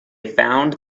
found